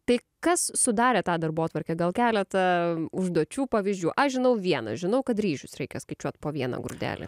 tai kas sudarė tą darbotvarkę gal keletą užduočių pavyzdžių aš žinau viena žinau kad ryžius reikia skaičiuot po vieną grūdelį